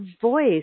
voice